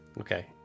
Okay